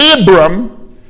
Abram